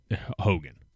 Hogan